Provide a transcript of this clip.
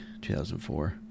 2004